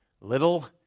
little